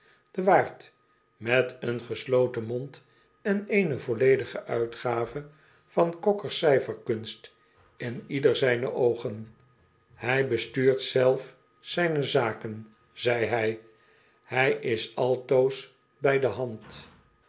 de waard met een gesloten mond en eene volledige uitgave van cocker's cijferkunst in ieder zijner oogen hij bestuurt zelf zijne zaken zei hij hij is altoos bij de hand